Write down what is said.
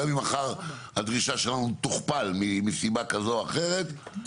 גם אם מחר הדרישה שלנו תוכפל מסיבה כזו או אחרת,